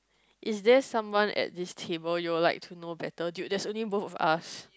is there anyone at this table you will like to know better dude there's only both of us